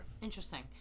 Interesting